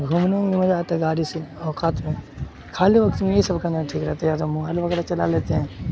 گھومنے میں مزہ آتا ہے گاڑی سے اوقات میں خالی وقت میں یہی سب کرنا ٹھیک رہتا ہے یا تو موائل وغیرہ چلا لیتے ہیں